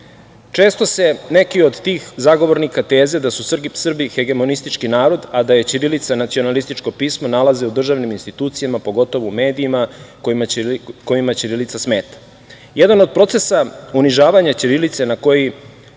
se neki od tih zagovornika teze da su Srbi hegemonistički narod, a da je ćirilica nacionalističko pismo nalaze u državnim institucijama, pogotovo u medijima kojima ćirilica smeta. Jedan od procesa unižavanja ćirilice na koje